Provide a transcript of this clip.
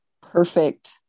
perfect